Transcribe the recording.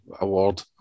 award